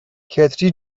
کتری